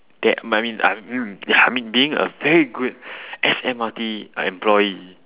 that I mean I'm mm ya I mean being a very good S_M_R_T employee